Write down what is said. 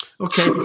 Okay